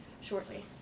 shortly